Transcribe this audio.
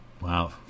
Wow